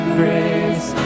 grace